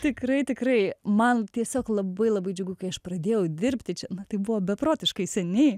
tikrai tikrai man tiesiog labai labai džiugu kai aš pradėjau dirbti čia na tai buvo beprotiškai seniai